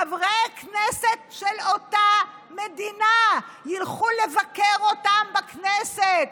חברי כנסת של אותה מדינה ילכו לבקר אותם, הכנסת,